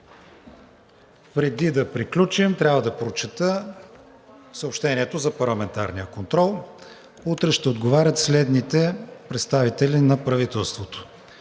Преди да приключим, трябва да прочета съобщението за парламентарния контрол на 11 март 2022 г. Утре ще отговарят следните представители на правителството: